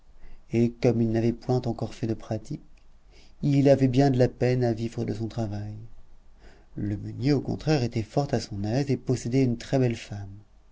et comme il n'avait point encore fait de pratiques il avait bien de la peine à vivre de son travail le meunier au contraire était fort à son aise et possédait une très-belle femme